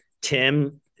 Tim